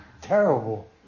terrible